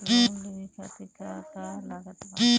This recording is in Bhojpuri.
लोन लेवे खातिर का का लागत ब?